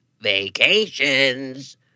vacations